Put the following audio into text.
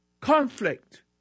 Conflict